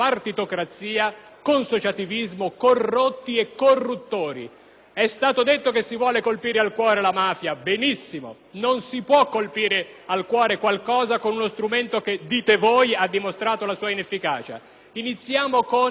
È stato detto che si vuole colpire al cuore la mafia. Benissimo: non si può colpire al cuore qualcosa con uno strumento che - dite voi - ha dimostrato la sua inefficacia. Iniziamo con legalizzare le droghe, legalizzare e regolamentare la prostituzione,